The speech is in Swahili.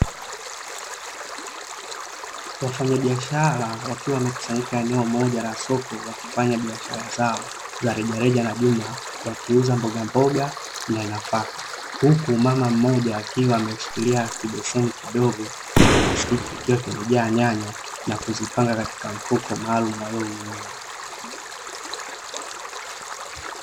Wafanyabiashara wakiwa wamekusanyika eneo moja la soko, wakifanya biashara zao za rejareja na jumla, wakiuza mbogamboga na nafaka, huku mama mmoja akiwa ameshikilia kibeseni kidogo cha plastiki kikiwa kimejaa nyanya na kuzipanga katika mfuko maaalumu alioununua.